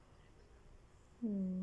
mm